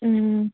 మ్మ్